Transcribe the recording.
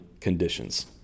conditions